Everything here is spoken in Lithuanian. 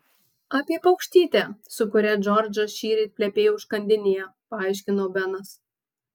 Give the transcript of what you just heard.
apie paukštytę su kuria džordžas šįryt plepėjo užkandinėje paaiškino benas